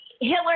Hitler